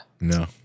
no